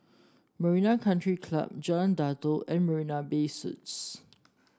Marina Country Club Jalan Datoh and Marina Bay Suites